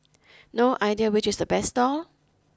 no idea which is the best stall